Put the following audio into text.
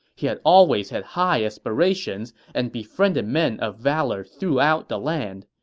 he had always had high aspirations and befriended men of valor throughout the land.